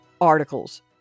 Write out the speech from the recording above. articles